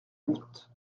route